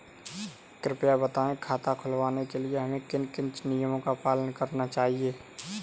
कृपया बताएँ खाता खुलवाने के लिए हमें किन किन नियमों का पालन करना चाहिए?